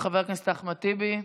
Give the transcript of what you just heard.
חבר הכנסת אחמד טיבי,